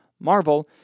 Marvel